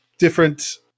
different